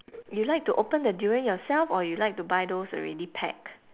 you like to open the durian yourself or you like to buy those already packed